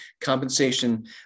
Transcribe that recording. compensation